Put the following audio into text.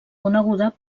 coneguda